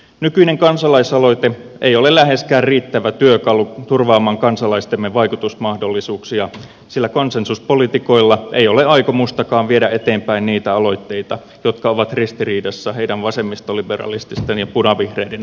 nykyinen kansalaisaloite ei ole läheskään riittävä työkalu turvaamaan kansalaistemme vaikutusmahdollisuuksia sillä konsensuspoliitikoilla ei ole aikomustakaan viedä eteenpäin niitä aloitteita jotka ovat ristiriidassa heidän vasemmistoliberalististen ja punavihreiden arvojensa kanssa